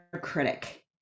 critic